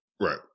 Right